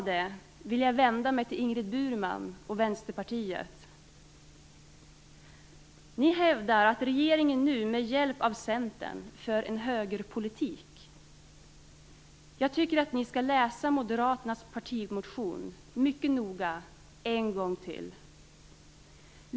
Ingrid Burman och Vänsterpartiet. Ni hävdar att regeringen nu, med hjälp av Centern, för en högerpolitik. Jag tycker att ni skall läsa Moderaternas partimotion mycket noggrant en gång till.